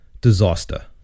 disaster